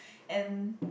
and